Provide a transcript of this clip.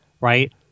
right